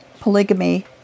polygamy